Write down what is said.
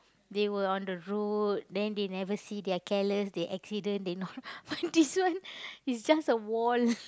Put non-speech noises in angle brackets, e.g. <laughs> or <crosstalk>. they were on the road then they never see they are careless they accident they not <laughs> but this one it's just a wall